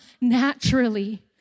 naturally